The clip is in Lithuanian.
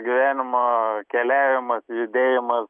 gyvenimo keliavimas judėjimas